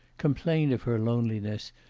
complained of her loneliness,